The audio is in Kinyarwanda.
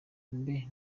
mbe